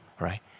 right